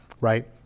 right